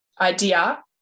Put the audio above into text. idea